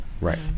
Right